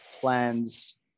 plans